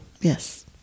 Yes